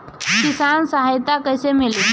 किसान सहायता कईसे मिली?